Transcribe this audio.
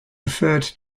referred